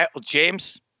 James